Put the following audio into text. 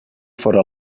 fóra